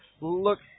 look